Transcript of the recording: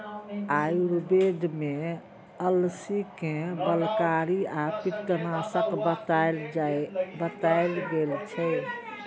आयुर्वेद मे अलसी कें बलकारी आ पित्तनाशक बताएल गेल छै